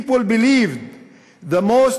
people believed the most